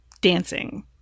dancing